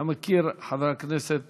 אתה מכיר, חבר הכנסת